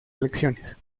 elecciones